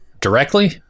directly